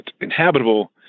inhabitable